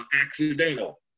accidental